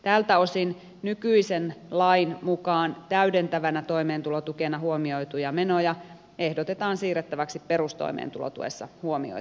tältä osin nykyisen lain mukaan täydentävänä toimeentulotukena huomioituja menoja ehdotetaan siirrettäväksi perustoimeentulotuessa huomioitavaksi